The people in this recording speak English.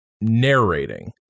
narrating